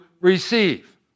receive